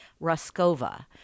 Ruskova